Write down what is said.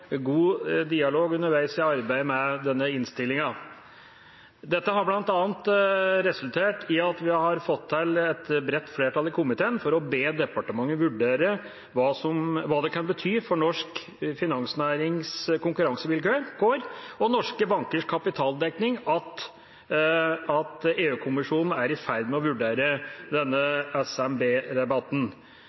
god dialog underveis i arbeidet med denne innstillinga. Dette har bl.a. resultert i at vi har fått til et bredt flertall i komiteen for å be departementet vurdere hva det kan bety for norsk finansnærings konkurransevilkår og norske bankers kapitaldekning at EU-kommisjonen er i ferd med å vurdere